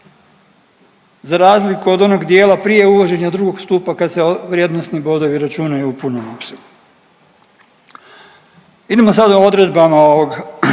za razliku od onog dijela prije uvođenja drugog stupa kad se vrijednosni bodovi računaju u punom opsegu. Idemo sad o odredbama ovog